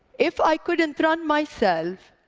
if i couldn't run myself,